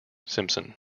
simpson